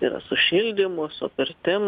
tai yra su šildymu su pirtim